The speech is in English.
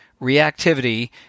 reactivity